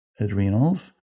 Adrenals